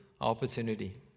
Opportunity